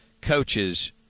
coaches